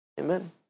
Amen